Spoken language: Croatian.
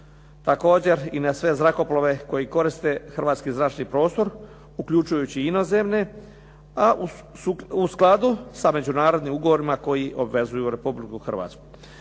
Također i na sve zrakoplove koji koriste hrvatski zračni prostor uključujući inozemne a u skladu sa međunarodnim ugovorima koji obvezuju Republiku Hrvatsku.